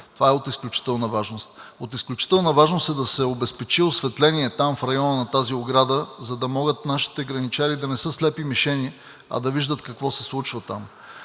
Това е от изключителна важност. От изключителна важност е да се обезпечи осветление в района на тази ограда, за да могат нашите граничари да не са слепи мишени, а да виждат какво се случва там.